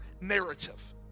narrative